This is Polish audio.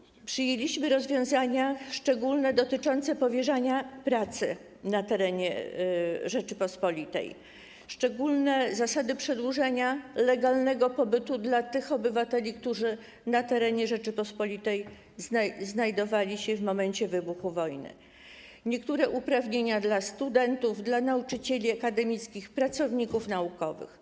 Przyjęliśmy szczególne rozwiązania, które dotyczą powierzania pracy na terenie Rzeczypospolitej, szczególne zasady przedłużenia legalnego pobytu dla tych obywateli, którzy na terenie Rzeczypospolitej znajdowali się w momencie wybuchu wojny, a także niektóre uprawnienia dla studentów, nauczycieli akademickich i pracowników naukowych.